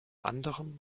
anderem